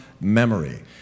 memory